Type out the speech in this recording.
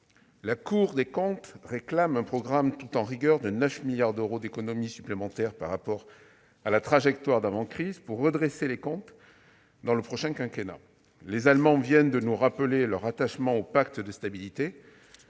La Cour des comptes réclame un programme tout en rigueur de 9 milliards d'euros d'économies supplémentaires par rapport à la trajectoire d'avant-crise pour redresser les comptes durant le prochain quinquennat. Les Allemands viennent de nous rappeler leur attachement au pacte de stabilité,